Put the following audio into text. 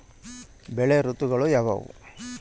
ಬೆಳೆ ಋತುಗಳು ಯಾವ್ಯಾವು?